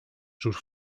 sus